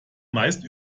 meist